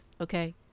Okay